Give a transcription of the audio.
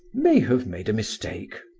may have made a mistake.